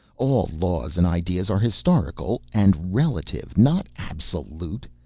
all laws and ideas are historical and relative, not absolute.